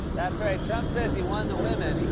that's right. trump says he won the women.